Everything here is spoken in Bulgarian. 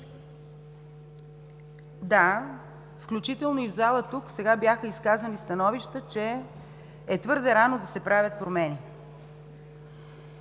Включително и в залата, тук, сега бяха изказани становища, че е твърде рано да се правят промени.